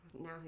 now